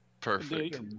Perfect